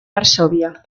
varsovia